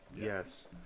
yes